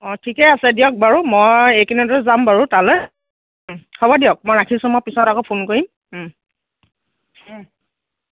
অঁ ঠিকেই আছে দিয়ক বাৰু মই এইকেইদিনতে যাম বাৰু তালৈ হ'ব দিয়ক মই ৰাখিছোঁ মই পিছত আকৌ ফোন কৰিম